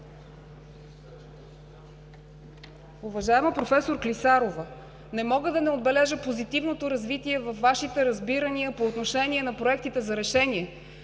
Уважаема проф. Клисарова, не мога да не отбележа позитивното развитие във Вашите разбирания по отношение на проектите за решения.